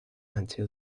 until